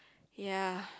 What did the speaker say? ya